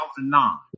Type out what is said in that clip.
2009